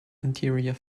interior